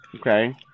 Okay